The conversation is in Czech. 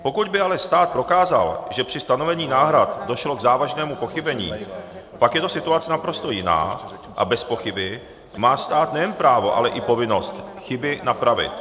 Pokud by ale stát prokázal, že při stanovení náhrad došlo k závažnému pochybení, pak je to situace naprosto jiná a bezpochyby má stát nejen právo, ale i povinnost chyby napravit.